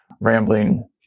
rambling